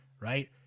right